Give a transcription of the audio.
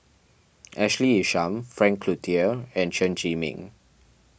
Ashley Isham Frank Cloutier and Chen Zhiming